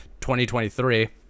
2023